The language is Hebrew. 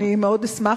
אני מאוד אשמח.